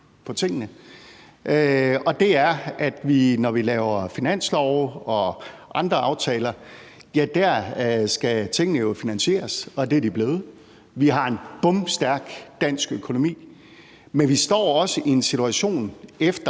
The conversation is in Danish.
Det er, at vi, når vi laver finanslove og andre aftaler, skal finansiere tingene dér, og det er de blevet. Vi har en bomstærk dansk økonomi, men vi står også i en situation efter